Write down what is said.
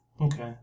Okay